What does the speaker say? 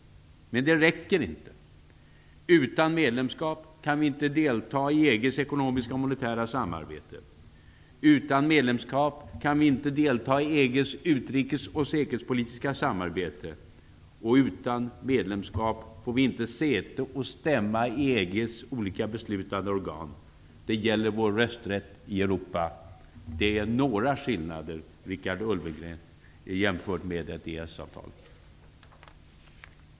Men det räcker inte. Utan medlemskap kan vi inte delta i EG:s ekonomiska och monetära samarbete. Utan medlemskap kan vi inte delta i EG:s utrikes och säkerhetspolitiska samarbete. Utan medlemskap får vi inte säte och stämma i EG:s olika beslutande organ. Det gäller vår rösträtt i Europa! Det är några av skillnaderna, Richard Ulfvengren, jämfört med ett EES-avtal.